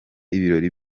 ibirori